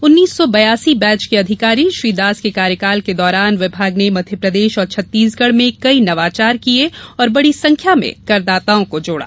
उन्नीस सौ बयासी बैंच के अधिकारी श्री दास के कार्यकाल के दौरान विभाग ने मध्यप्रदेश और छत्तीसगढ़ में कई नवाचार किये गये और बड़ी संख्या में करदाताओं को जोड़ा